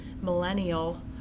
millennial